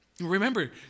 Remember